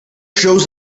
shows